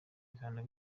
bihano